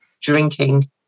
drinking